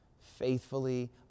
Faithfully